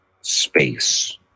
space